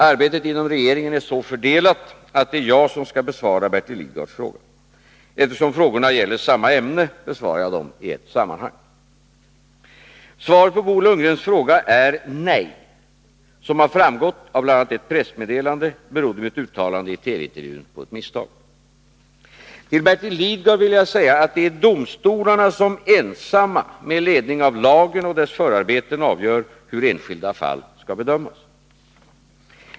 Arbetet inom regeringen är så fördelat att det är jag som skall besvara Bertil Lidgards fråga. Eftersom frågorna gäller samma ämne besvarar jag dem i ett sammanhang. Svaret på Bo Lundgrens fråga är nej. Som har framgått av bl.a. ett pressmeddelande berodde mitt uttalande i TV-intervjun på ett misstag. Till Bertil Lidgard vill jag säga att det är domstolarna som ensamma med ledning av lagen och dess förarbeten avgör hur enskilda fall skall bedömas.